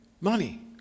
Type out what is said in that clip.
money